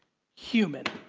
human.